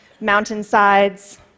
mountainsides